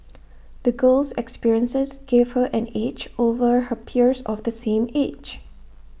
the girl's experiences gave her an edge over her peers of the same age